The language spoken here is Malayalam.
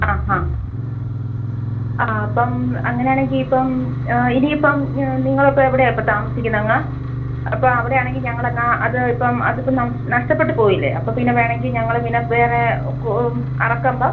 ആ ഹാ ആ അപ്പം അങ്ങനെയാണെങ്കിൽ ഇപ്പം ഇനിയിപ്പം ഞാൻ നിങ്ങളിപ്പോൾ എവിടെയാണ് ഇപ്പോൾ താമസിക്കുന്നത് അങ്ങ അപ്പോൾ അവിടെയാണെങ്കിൽ ഞങ്ങൾ എനാൽ അത് ഇപ്പം അതിപ്പം ന നഷ്ടപ്പെട്ട് പോയില്ലേ അപ്പോൾ പിന്നെ വേണമെങ്കിൽ ഞങ്ങള് പിന്നെ വേറെ ഒക്കു അറക്കുമ്പോൾ